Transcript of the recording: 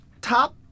top